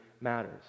matters